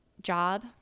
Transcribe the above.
job